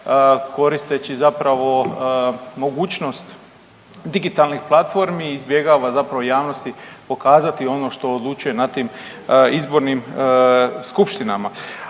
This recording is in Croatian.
koristeći zapravo mogućnost digitalnih platformi izbjegava zapravo javnosti pokazati ono što odlučuje na tim izbornim skupštinama.